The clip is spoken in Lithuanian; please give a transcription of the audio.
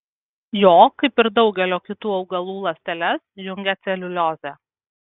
jo kaip ir daugelio kitų augalų ląsteles jungia celiuliozė